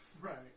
Right